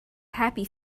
happy